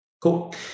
Cool